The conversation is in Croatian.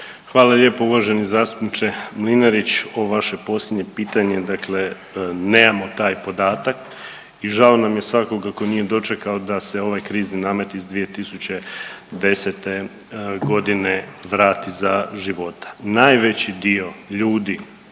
Hvala lijepo uvaženi zastupniče Mlinarić, ovo vaše posljednje pitanje dakle nemamo taj podatak i žao nam je svakoga ko nije dočekao da se ovaj krizni namet iz 2010.g. vrati za života. Najveći dio ljudi